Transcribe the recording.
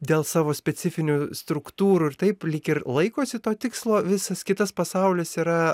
dėl savo specifinių struktūrų ir taip lyg ir laikosi to tikslo visas kitas pasaulis yra